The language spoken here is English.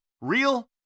Real